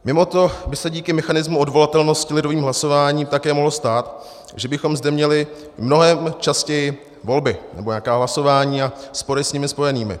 Mimoto by se díky mechanismu odvolatelnosti lidovým hlasováním také mohlo stát, že bychom zde měli mnohem častěji volby nebo nějaká hlasování a spory s nimi spojenými.